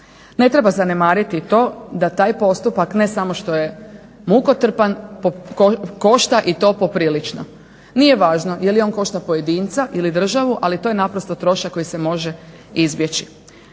Ne treba zanemariti i to da taj postupak ne samo što je mukotrpan, košta i to poprilično. Nije važno jeli on košta pojedinca ili državu ali to je naprosto trošak koji se može izbjeći.